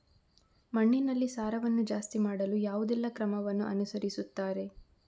ಮಣ್ಣಿನಲ್ಲಿ ಸಾರವನ್ನು ಜಾಸ್ತಿ ಮಾಡಲು ಯಾವುದೆಲ್ಲ ಕ್ರಮವನ್ನು ಅನುಸರಿಸುತ್ತಾರೆ